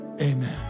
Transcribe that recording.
amen